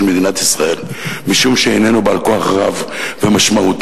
מדינת ישראל משום שאיננו בעל כוח רב ומשמעותי